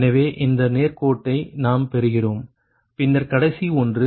எனவே இந்த நேர்கோட்டை நாம் பெறுகிறோம் பின்னர் கடைசி ஒன்று λ 0